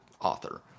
author